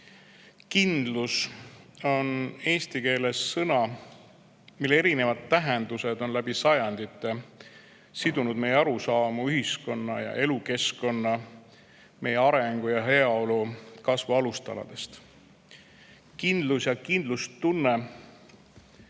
"Kindlus" on eesti keeles sõna, mille erinevad tähendused on läbi sajandite sidunud meie arusaamu ühiskonna ja elukeskkonna, meie arengu ja heaolu kasvu alustaladest. Kindlus ja kindlustunne